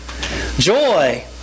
Joy